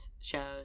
shows